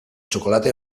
chocolate